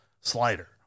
slider